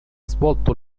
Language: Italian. svolto